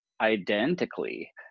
identically